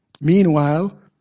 Meanwhile